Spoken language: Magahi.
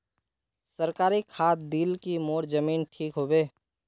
सरकारी खाद दिल की मोर जमीन ठीक होबे?